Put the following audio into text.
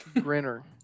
Grinner